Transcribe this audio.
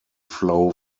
flow